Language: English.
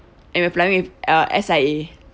and we're flying with uh S_I_A